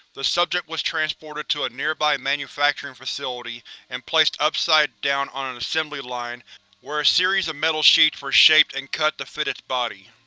the subject was transported to a nearby manufacturing facility and placed upside down on an assembly line where a series of metal sheets were shaped and cut to fit its body.